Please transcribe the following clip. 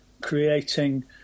creating